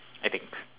I think